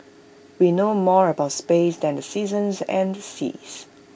we know more about space than the seasons and the seas